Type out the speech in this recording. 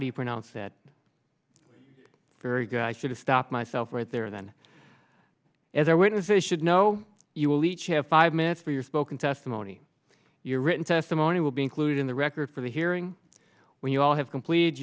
do you pronounce that very good i should stop myself right there then as our witnesses should know you will each have five minutes for your spoken testimony your written testimony will be included in the record for the hearing when you all have completed